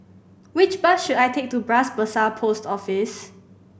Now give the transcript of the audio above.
which bus should I take to Bras Basah Post Office